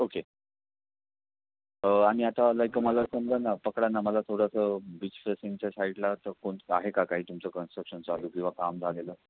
okay आणि आता like मला समजा ना पकडा ना मला थोडंसं बीचचं सीनच्या साईडला तर कोणतं आहे का काही तुमचं कन्स्ट्रक्शन चालू किंवा काम झालेलं